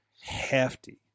hefty